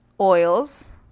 oils